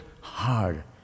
hard